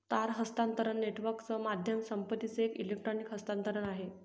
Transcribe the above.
तार हस्तांतरण नेटवर्कच माध्यम संपत्तीचं एक इलेक्ट्रॉनिक हस्तांतरण आहे